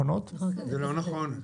זה לא נכון.